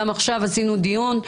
גם עכשיו עשינו דיון.